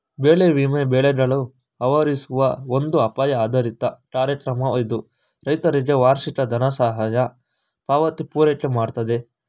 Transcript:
ಬೆಳೆ ವಿಮೆ ಬೆಳೆಗಳು ಆವರಿಸುವ ಒಂದು ಅಪಾಯ ಆಧಾರಿತ ಕಾರ್ಯಕ್ರಮ ಇದು ರೈತರಿಗೆ ವಾರ್ಷಿಕ ದನಸಹಾಯ ಪಾವತಿ ಪೂರೈಕೆಮಾಡ್ತದೆ